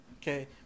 Okay